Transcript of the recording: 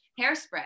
hairspray